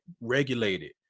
regulated